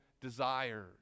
desires